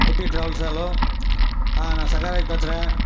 குட்டி travels hello நான் சகாய ரவி பேசுகிறேன்